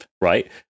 right